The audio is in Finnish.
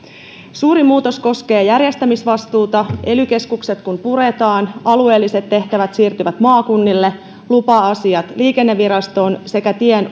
suuri muutos koskee järjestämisvastuuta ely keskukset kun puretaan alueelliset tehtävät siirtyvät maakunnille lupa asiat liikennevirastoon sekä tien